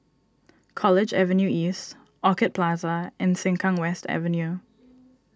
College Avenue East Orchid Plaza and Sengkang West Avenue